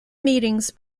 meetings